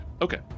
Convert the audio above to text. Okay